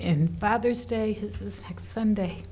n father's day his next sunday